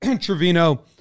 Trevino